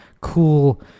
cool